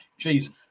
jeez